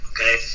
okay